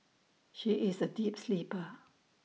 she is A deep sleeper